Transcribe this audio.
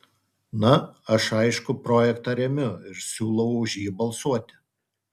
na aš aišku projektą remiu ir siūlau už jį balsuoti